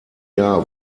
jahr